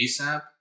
ASAP